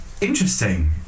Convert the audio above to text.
Interesting